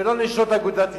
ולא נשות אגודת ישראל.